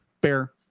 Bear